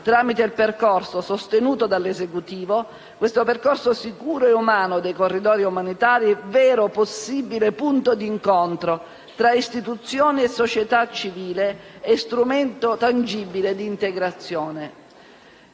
tramite il percorso, sostenuto dall'Esecutivo, sicuro e umano dei corridoi umanitari, vero possibile punto di incontro tra istituzioni e società civile e strumento tangibile di integrazione.